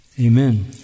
Amen